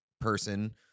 person